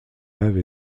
laves